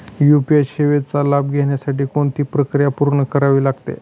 UPI सेवेचा लाभ घेण्यासाठी कोणती प्रक्रिया पूर्ण करावी लागते?